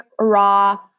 raw